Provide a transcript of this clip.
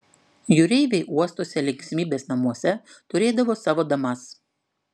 jūreiviai uostuose linksmybės namuose turėdavo savo damas